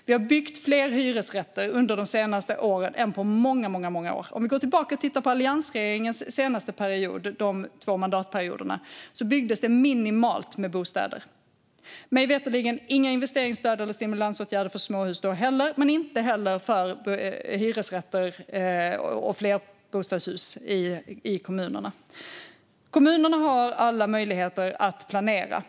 Vi har byggt fler hyresrätter under de senaste åren än på många många år. Om vi går tillbaka och tittar på alliansregeringens två mandatperioder ser vi att det byggdes minimalt med bostäder. Mig veterligen fanns det inga investeringsstöd eller stimulansåtgärder för småhus då heller men inte heller för hyresrätter eller flerbostadshus i kommunerna. Kommunerna har alla möjligheter att planera.